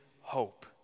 hope